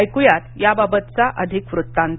ऐकुया याबाबत अधिक वृत्तांत